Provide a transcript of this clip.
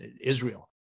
Israel